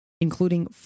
including